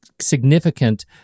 significant